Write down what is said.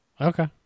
Okay